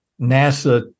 NASA